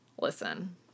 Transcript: listen